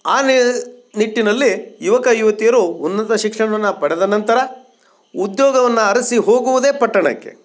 ಆ ನಿಟ್ಟಿನಲ್ಲಿ ಯುವಕ ಯುವತಿಯರು ಉನ್ನತ ಶಿಕ್ಷಣವನ್ನು ಪಡೆದ ನಂತರ ಉದ್ಯೋಗವನ್ನು ಅರಸಿ ಹೋಗುವುದೇ ಪಟ್ಟಣಕ್ಕೆ